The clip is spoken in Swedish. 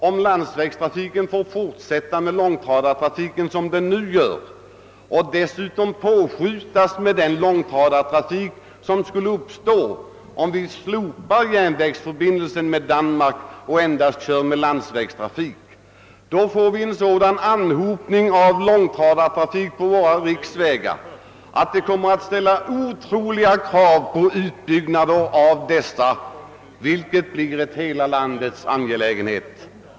Om långtradartrafiken får fortsätta som nu och dessutom ökas ut med den långtradartrafik som skulle bli följden av att vi slopade järnvägsförbindelsen med Danmark och ersatte den med landsvägstrafik, får vi en sådan anhopning av långtradare på våra riksvägar att otroliga krav kommer att ställas på utbyggnad av dessa, vilket blir en hela landets angelägenhet.